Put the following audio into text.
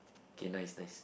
okay nice nice